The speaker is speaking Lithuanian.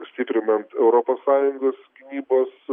stiprinant europos sąjungos gynybos